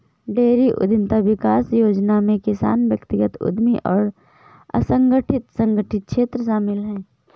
dairy उद्यमिता विकास योजना में किसान व्यक्तिगत उद्यमी और असंगठित संगठित क्षेत्र शामिल है